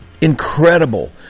incredible